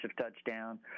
touchdown